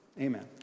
Amen